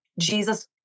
Jesus